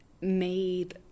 made